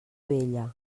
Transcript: vella